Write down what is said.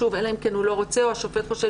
אלא אם כן הוא לא רוצה או שהשופט חושב